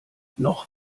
noch